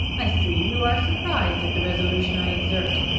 i see you are surprised at the resolution i exert.